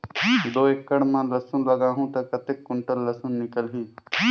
दो एकड़ मां लसुन लगाहूं ता कतेक कुंटल लसुन निकल ही?